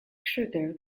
krueger